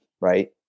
Right